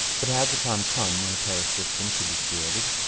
but had the time come when a parish system could be created?